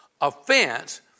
offense